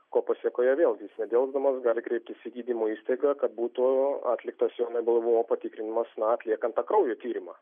ko pasėkoje vėlgi jis nedelsdamas gali kreiptis į gydymo įstaigą kad būtų atliktas jo neblaivumo patikrinimas na atliekant tą kraujo tyrimą